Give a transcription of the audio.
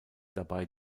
dabei